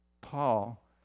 Paul